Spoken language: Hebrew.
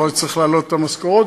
יכול להיות שצריך להעלות את המשכורות.